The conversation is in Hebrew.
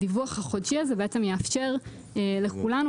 הדיווח החודשי בעצם יאפשר לכולנו,